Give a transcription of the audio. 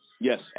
Yes